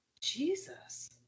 Jesus